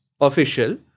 Official